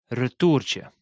retourtje